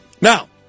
Now